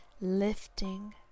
lifting